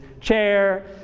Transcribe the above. chair